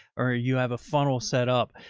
or you have a funnel set up,